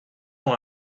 that